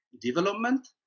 development